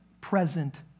present